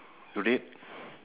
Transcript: red